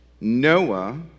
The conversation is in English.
Noah